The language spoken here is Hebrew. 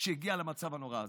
שהגיע למצב הנורא הזה.